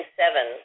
seven